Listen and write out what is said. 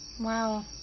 Wow